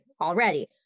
already